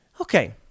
Okay